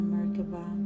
Merkaba